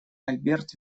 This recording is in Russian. альберт